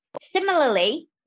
similarly